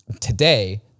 Today